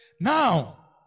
Now